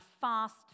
fast